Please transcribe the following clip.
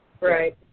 Right